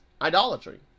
idolatry